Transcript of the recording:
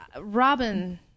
Robin